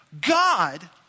God